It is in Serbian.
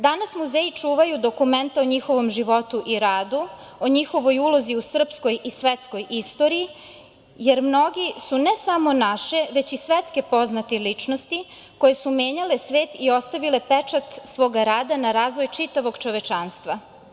Danas muzeji čuvaju dokumenta o njihovom životu i radu, o njihovoj ulozi u srpskoj i svetskoj istoriji, jer mnogi su ne samo naše već i svetske poznate ličnosti koje su menjale svet i ostavile pečat svog rada na razvoj čitavog čovečanstva.